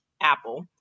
apple